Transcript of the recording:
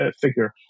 figure